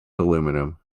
aluminium